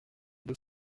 deux